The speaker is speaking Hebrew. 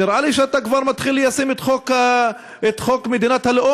נראה לי שאתה כבר מתחיל ליישם את חוק מדינת הלאום,